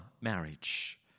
marriage